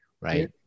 right